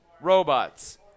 robots